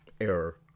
error